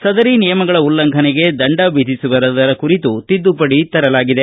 ಸದರಿ ನಿಯಮಗಳ ಉಲ್ಲಂಘನೆಗೆ ದಂಡ ವಿಧಿಸುವುದರ ಕುರಿತು ನಿಯಮಗಳಿಗೆ ತಿದ್ದುಪಡಿ ತರಲಾಗಿದೆ